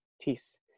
peace